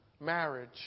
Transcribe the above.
marriage